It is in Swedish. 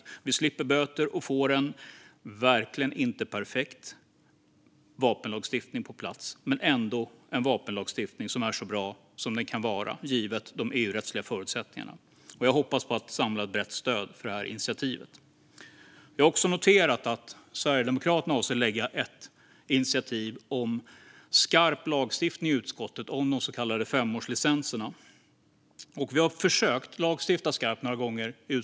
Vi skulle slippa böter och få en verkligen inte perfekt vapenlagstiftning på plats, men ändå en vapenlagstiftning som är så bra den kan vara givet de EU-rättsliga förutsättningarna. Jag hoppas samla ett brett stöd för detta initiativ. Jag har noterat att Sverigedemokraterna avser att lägga fram ett förslag i utskottet om ett initiativ om skarp lagstiftning för de så kallade femårslicenserna. Under mandatperioden har utskottet försökt lagstifta skarpt några gånger.